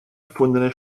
erfundene